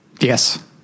yes